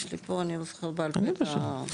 יש לי פה, אני לא זוכרת בעל פה את המספרים,